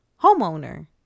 homeowner